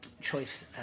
choice